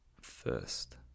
first